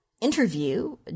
Interview